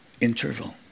interval